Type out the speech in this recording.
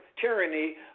tyranny